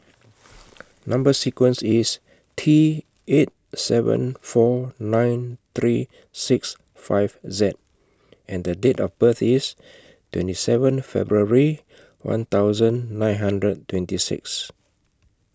Number sequence IS T eight seven four nine three six five Z and Date of birth IS twenty seven February one thousand nine hundred twenty six